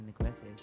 aggressive